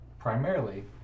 Primarily